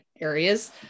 areas